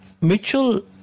Mitchell